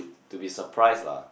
to be surprised lah